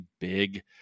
big